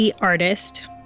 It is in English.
artist